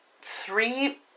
three